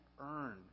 earn